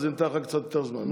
אז אתן לך קצת יותר זמן.